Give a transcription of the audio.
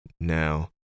now